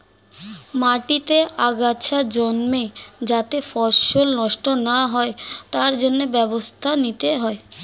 মাটিতে আগাছা জন্মে যাতে ফসল নষ্ট না হয় তার জন্য ব্যবস্থা নিতে হয়